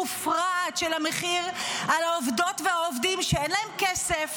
מופרעת של המחיר על העובדות והעובדים שאין להם כסף,